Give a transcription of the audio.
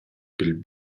pil